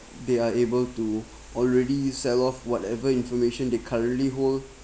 they are able to already sell off whatever information they currently hold